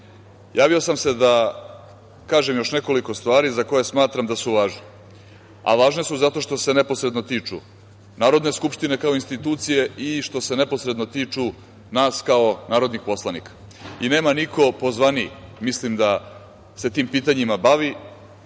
sam se da kažem još nekoliko stvari za koje smatram da su važne, a važne su zato što se neposredno tiču Narodne skupštine kao institucije i što se neposredno tiču nas kao narodnih poslanika i nema niko pozvaniji, mislim da se tim pitanjima bavi,